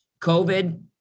COVID